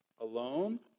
Alone